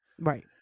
Right